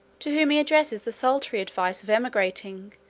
to whom he addresses the salutary advice of emigrating,